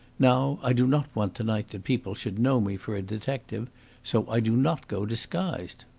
now, i do not want to-night that people should know me for a detective so i do not go disguised.